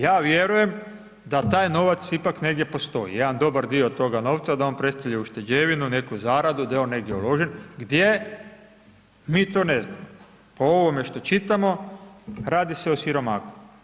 Ja vjerujem da taj novac ipak negdje postoji, jedan dobar dio toga novca da on predstavlja ušteđevinu, neku zaradu, da je on negdje uložen, gdje, mi to ne znamo, po ovome što čitamo, radi se o siromahu.